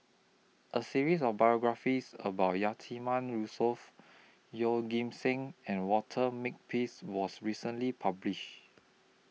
A series of biographies about Yatiman Yusof Yeoh Ghim Seng and Walter Makepeace was recently published